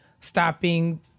stopping